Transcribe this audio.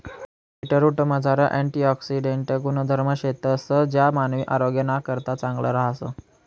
बीटरूटमझार अँटिऑक्सिडेंट गुणधर्म शेतंस ज्या मानवी आरोग्यनाकरता चांगलं रहास